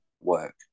work